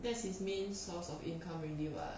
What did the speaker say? that's his main source of income already [what]